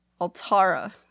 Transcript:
Altara